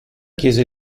chiese